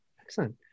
Excellent